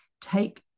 take